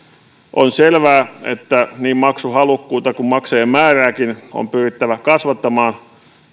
on selvää että niin maksuhalukkuutta kuin maksajien määrääkin on pyrittävä kasvattamaan